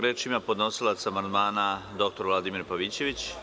Reč ima podnosioc amandmana dr Vladimir Pavićević.